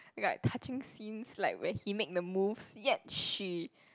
like touching scenes like where he make the moves yet she